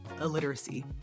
illiteracy